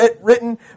written